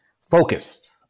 focused